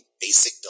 basic